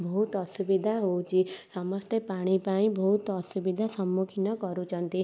ବହୁତ ଅସୁବିଧା ହଉଛି ସମସ୍ତେ ପାଣି ପାଇଁ ବହୁତ ଅସୁବିଧା ସମୁଖୀନ କରୁଛନ୍ତି